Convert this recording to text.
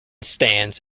stands